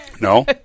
No